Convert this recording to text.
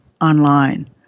online